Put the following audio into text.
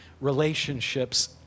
Relationships